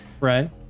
Right